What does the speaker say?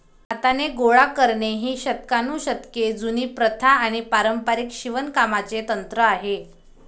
हाताने गोळा करणे ही शतकानुशतके जुनी प्रथा आणि पारंपारिक शिवणकामाचे तंत्र आहे